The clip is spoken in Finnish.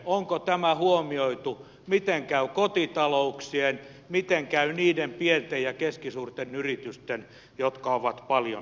onko tämä huomioitu miten käy kotitalouksien miten käy niiden pienten ja keskisuurten yritysten jotka ovat paljon investoineet